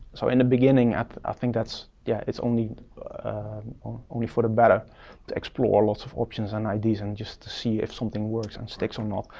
so in the beginning, i think that's, yeah, it's only only for the better to explore lots of options and ideas and just to see if something works and sticks or not,